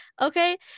Okay